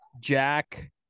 Jack